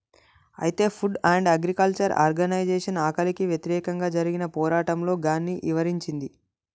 అయితే food and agriculture organisation ఆకలికి వ్యతిరేకంగా జరిగిన పోరాటంలో గాన్ని ఇవరించింది